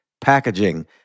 packaging